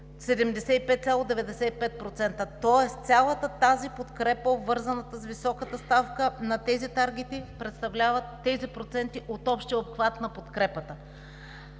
75,95%. Тоест цялата тази подкрепа, обвързана с високата ставка на тези таргети, представлява тези проценти от общия обхват на подкрепата.